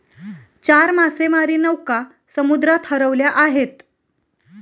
चार मासेमारी नौका समुद्रात हरवल्या आहेत